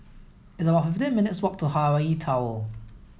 it's about fifteen minutes' walk to Hawaii Tower